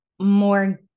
more